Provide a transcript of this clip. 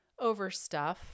overstuff